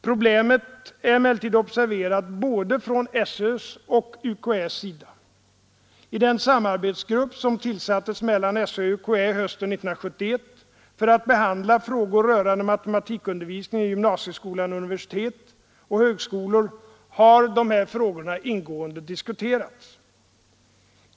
Problemet är emellertid observerat från både SÖ:s och UKÄ: sida. I den samarbetsgrupp som tillsattes mellan SÖ och UKÄ hösten 1971 för att behandla frågor rörande matematikundervisningen i gymnasieskola, universitet och högskolor har de här frågorna ingående diskuterats.